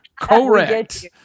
Correct